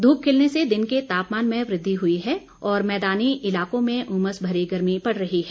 धूप खिलने से दिन के तापमान में वृद्धि हुई है और मैदानी इलाकों में उमस भरी गर्मी पड़ रही है